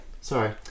Sorry